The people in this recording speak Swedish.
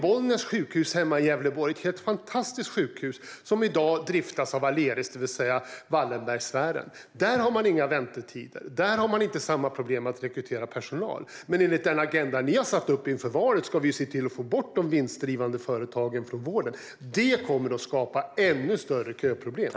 Bollnäs sjukhus hemma i Gävleborg är ett helt fantastiskt sjukhus som i dag drivs av Aleris, det vill säga Wallenbergsfären. Där har man inga väntetider, och där har man inte samma problem med att rekrytera personal. Men enligt den agenda ni har satt upp inför valet ska vi ju se till att få bort de vinstdrivande företagen från vården. Det kommer att skapa ännu större köproblem.